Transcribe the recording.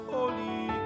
Holy